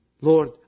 Lord